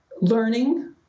learning